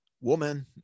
woman